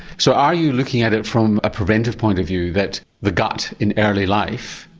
so are you looking at it from a preventive point of view that the gut in early life,